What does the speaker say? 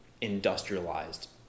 industrialized